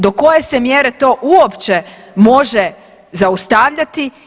Do koje se mjere to uopće može zaustavljati?